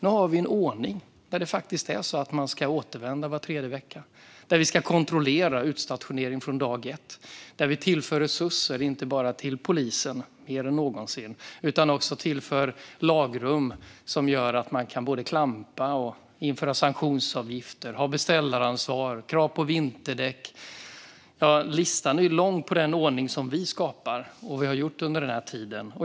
Nu har vi en ordning där man ska återvända var tredje vecka, där vi ska kontrollera utstationering från dag ett, där vi tillför resurser till polisen - mer än någonsin - och också lagrum som gör att man kan klampa och införa sanktionsavgifter och ha beställaransvar och krav på vinterdäck. Listan är lång för den ordning vi har skapat under den här tiden.